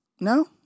No